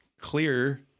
clear